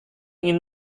ingin